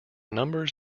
numbers